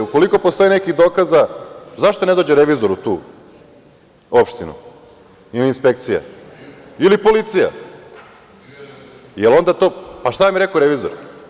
Ukoliko postoje neki dokazi, zašto ne dođe revizor u tu opštinu ili inspekcija ili policija? (Vladimir Orlić: Bio je revizor.) Šta im je rekao revizor?